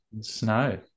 Snow